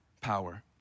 power